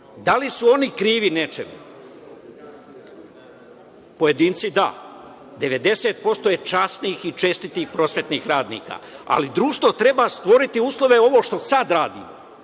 li su oni krivi nečemu? Pojedinci da, 90% je časnih i čestitih prosvetnih radnika, ali društvo treba da stvori uslove, ovo što sad radi,